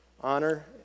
honor